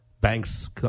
Banks